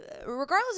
regardless